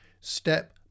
step